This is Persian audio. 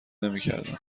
نمیکردند